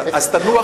אז תנוח